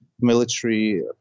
military